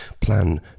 plan